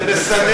זה בסדר.